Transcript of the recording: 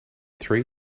three